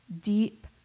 deep